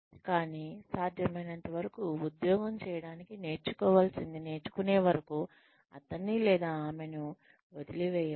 కానీ సాధ్యమైనంతవరకు ఉద్యోగం చేయడానికి నేర్చుకోవలసినది నేర్చుకునే వరకు అతన్ని లేదా ఆమెను వదిలివేయవద్దు